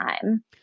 time